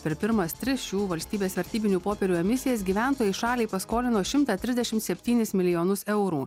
per pirmas tris šių valstybės vertybinių popierių emisijas gyventojai šaliai paskolino šimtą trisdešimt septynis milijonus eurų